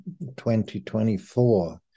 2024